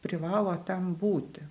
privalo ten būti